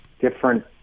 different